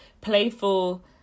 playful